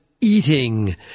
eating